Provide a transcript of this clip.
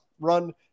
run